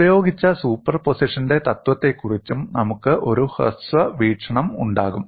ഉപയോഗിച്ച സൂപ്പർപോസിഷന്റെ തത്വത്തെക്കുറിച്ചും നമുക്ക് ഒരു ഹ്രസ്വ വീക്ഷണം ഉണ്ടാകും